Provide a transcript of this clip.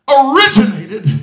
originated